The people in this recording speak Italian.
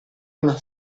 una